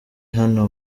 hano